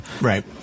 right